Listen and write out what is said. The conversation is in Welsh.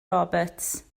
roberts